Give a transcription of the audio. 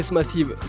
massive